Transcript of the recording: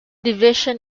division